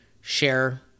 share